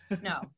no